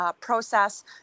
process